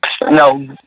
No